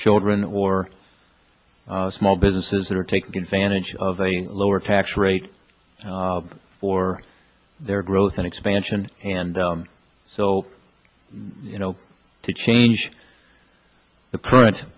children or small businesses that are taking advantage of a lower tax rate for their growth and expansion and so you know to change the c